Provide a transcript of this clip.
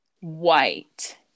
white